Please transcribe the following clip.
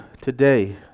today